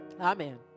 Amen